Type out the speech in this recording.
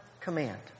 command